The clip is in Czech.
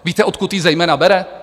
Víte, odkud ji zejména bere?